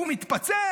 היו"ר ניסים ואטורי: